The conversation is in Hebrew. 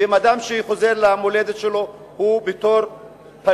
והאם אדם שחוזר למולדת שלו הוא פליט?